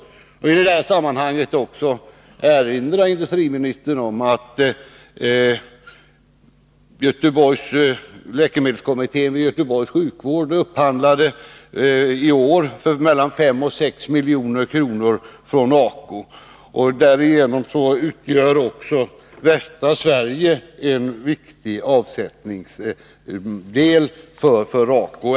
Jag vill i detta sammanhang också erinra industriministern om att läkemedelskommittén vid Göteborgs sjukvård i år upphandlat för mellan 5 och 6 milj.kr. från ACO. Därigenom utgör västra Sverige en viktig avsättningsmarknad för ACO.